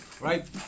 Right